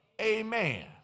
amen